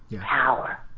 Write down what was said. Power